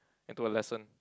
into a lesson